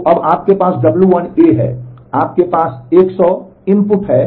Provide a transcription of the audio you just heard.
तो अब आपके पास w1 है आपके पास 100 इनपुट हैं